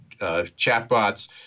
chatbots